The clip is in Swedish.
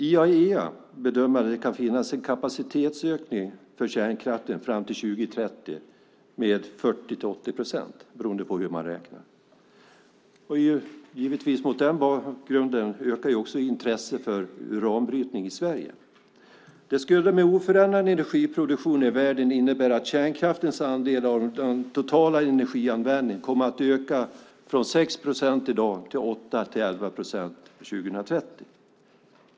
IAEA bedömer att det kan finnas en kapacitetsökning för kärnkraften fram till 2030 med 40-80 procent, beroende på hur man räknar. Mot den bakgrunden ökar givetvis intresset för uranbrytning i Sverige. Med oförändrad energiproduktion i världen skulle det innebära att kärnkraftens andel av den totala energianvändningen kommer att öka från 6 procent i dag till 8-11 procent 2030.